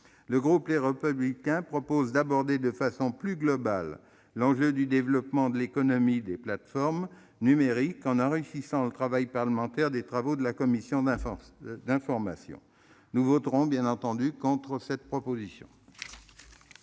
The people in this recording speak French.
Le groupe Les Républicains propose d'aborder de façon plus globale l'enjeu du développement de l'économie des plateformes numériques, en enrichissant le travail parlementaire des travaux de la mission d'information. Nous voterons, bien entendu, contre la proposition